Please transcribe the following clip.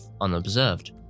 unobserved